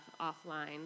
offline